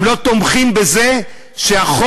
גם לא תומכים בזה שהחוק,